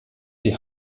die